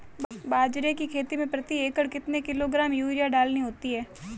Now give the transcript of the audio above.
बाजरे की खेती में प्रति एकड़ कितने किलोग्राम यूरिया डालनी होती है?